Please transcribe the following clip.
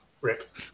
Rip